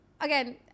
again